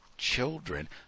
Children